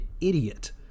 idiot